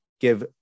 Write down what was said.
give